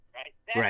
right